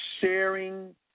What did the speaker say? Sharing